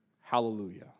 Hallelujah